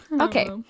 Okay